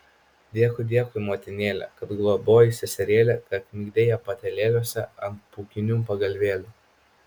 dėkui dėkui motinėle kad globojai seserėlę kad migdei ją patalėliuose ant pūkinių pagalvėlių